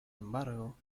embargo